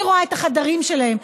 אני רואה את החדרים שלהן,